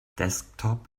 desktop